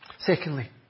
Secondly